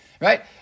Right